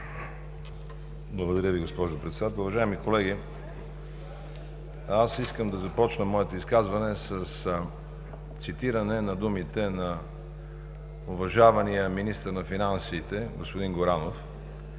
Благодаря Ви, госпожо Председател. Уважаеми колеги, аз искам да започна моето изказване с цитиране на думите на уважавания министър на финансите господин Горанов,